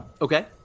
Okay